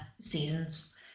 seasons